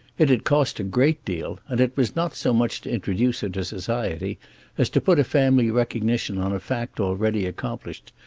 it had cost a great deal, and it was not so much to introduce her to society as to put a family recognition on a fact already accomplished,